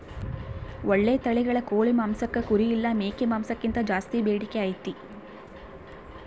ಓಳ್ಳೆ ತಳಿಗಳ ಕೋಳಿ ಮಾಂಸಕ್ಕ ಕುರಿ ಇಲ್ಲ ಮೇಕೆ ಮಾಂಸಕ್ಕಿಂತ ಜಾಸ್ಸಿ ಬೇಡಿಕೆ ಐತೆ